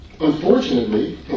Unfortunately